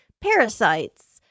Parasites